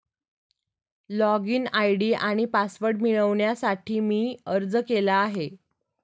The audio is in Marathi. लॉगइन आय.डी आणि पासवर्ड मिळवण्यासाठी मी अर्ज केला आहे